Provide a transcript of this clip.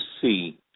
see